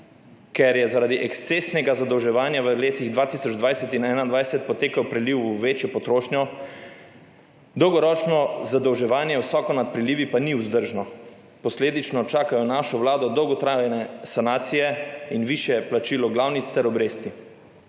Ker je zaradi ekscesnega zadolževanja v letih 2020 in 2021 potekal priliv v večjo potrošnjo, dolgoročno zadolževanje visoko nad prilivi pa ni vzdržno, posledično čakajo našo vlado dolgotrajne sanacije in višje plačilo glavnic ter obresti.